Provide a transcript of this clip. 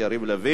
(תיקון מס' 21),